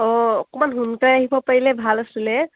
অঁ অকণমান সোনকালে আহিব পাৰিলে ভাল আছিলে